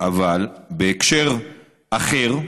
אבל בהקשר אחר,